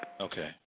Okay